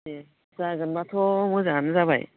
दे जागोनब्लाथ' मोजाङानो जाबाय